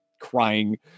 crying